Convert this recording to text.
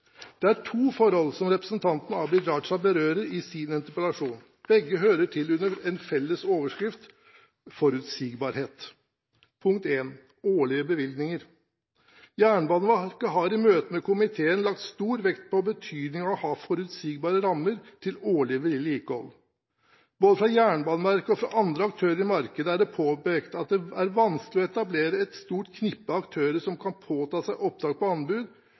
Det er to forhold som representanten Abid Q. Raja berører i sin interpellasjon. Begge hører til under en felles overskrift: forutsigbarhet. Punkt 1 er årlige bevilgninger. Jernbaneverket har i møte med komiteen lagt stor vekt på betydningen av å ha forutsigbare rammer til årlig vedlikehold. Både fra Jernbaneverket og fra andre aktører i markedet er det påpekt at det er vanskelig å etablere et stort knippe aktører som kan påta seg oppdrag på anbud,